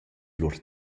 lur